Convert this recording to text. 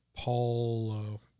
Paul